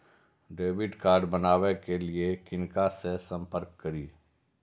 Debit card बनावे के लिए किनका से संपर्क करी?